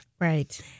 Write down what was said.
Right